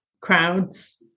crowds